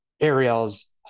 Ariel's